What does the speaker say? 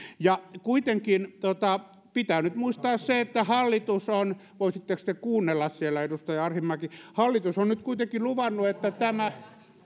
kuitenkin pitää nyt muistaa se että hallitus on voisitteko te kuunnella siellä edustaja arhinmäki nyt kuitenkin luvannut että